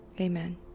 amen